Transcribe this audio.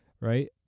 right